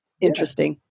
interesting